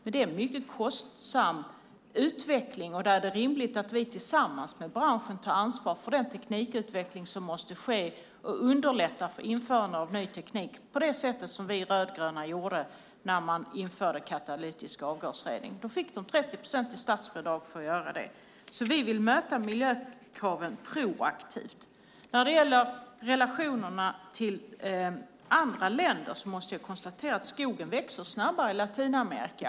Men det är en mycket kostsam utveckling. Då är det rimligt att vi tillsammans med branschen tar ansvar för den teknikutveckling som måste ske och underlätta för införande av ny teknik på det sätt som vi rödgröna gjorde när katalytisk avgasrening infördes. Då fick man 30 procent i statsbidrag för att göra det. Vi vill alltså möta miljökraven proaktivt. När det gäller relationerna till andra länder måste jag konstatera att skogen växer snabbare i Latinamerika.